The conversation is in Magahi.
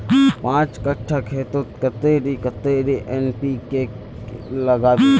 पाँच कट्ठा खेतोत कतेरी कतेरी एन.पी.के के लागबे?